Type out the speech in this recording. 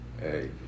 hey